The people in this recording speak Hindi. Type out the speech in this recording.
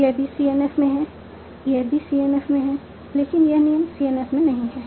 यह भी CNF में है यह भी CNF में है लेकिन यह नियम CNF में नहीं है